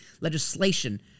legislation